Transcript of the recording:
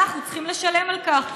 אנחנו צריכים לשלם על כך,